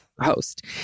host